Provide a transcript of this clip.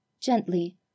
Gently